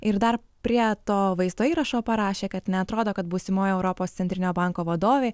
ir dar prie to vaizdo įrašo parašė kad neatrodo kad būsimoji europos centrinio banko vadovė